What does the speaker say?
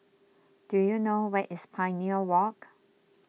do you know where is Pioneer Walk